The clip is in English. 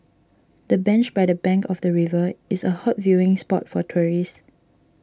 the bench by the bank of the river is a hot viewing spot for tourists